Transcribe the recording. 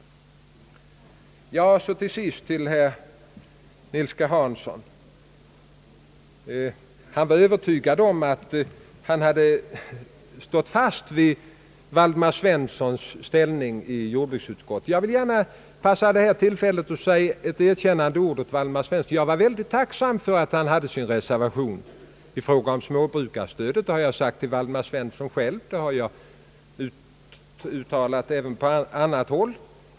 Till sist vill jag vända mig till herr Nils Hansson, som var övertygad om att han hade hållit fast vid Waldemar Svenssons ståndpunkt i jordbruksutredningen. Jag vill gärna passa på tillfället att ge ett erkännande ord åt Waldemar Svensson. Jag var mycket tacksam för hans reservation i fråga om småbrukarstödet. Det har jag uttalat även på annat håll.